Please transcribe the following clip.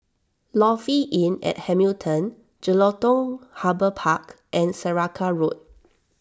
Lofi Inn at Hamilton Jelutung Harbour Park and Saraca Road